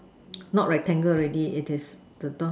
not rectangle already it is don't know